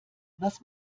was